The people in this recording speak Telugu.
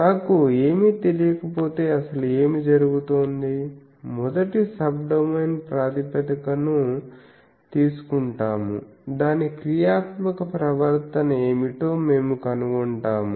నాకు ఏమీ తెలియకపోతే అసలు ఏమి జరుగుతుంది మొదటి సబ్డొమైన్ ప్రాతిపదికను తీసుకుంటాము దాని క్రియాత్మక ప్రవర్తన ఏమిటో మేము కనుగొంటాము